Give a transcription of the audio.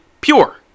pure